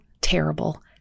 terrible